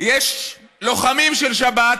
יש לוחמים של שבת